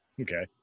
Okay